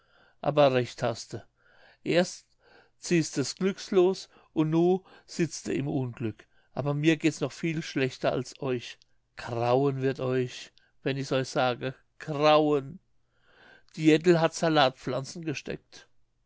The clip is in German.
aber recht haste erst ziehste s glückslos und nu sitzt de im unglück aber mir geht's noch viel schlechter als euch grauen wird euch wenn ich's euch sage grauen die jettel hat salatpflanzen gesteckt